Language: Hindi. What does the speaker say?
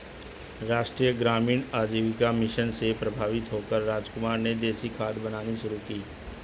राष्ट्रीय ग्रामीण आजीविका मिशन से प्रभावित होकर रामकुमार ने देसी खाद बनानी शुरू की